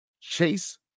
chase